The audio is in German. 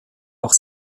auch